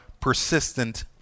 persistent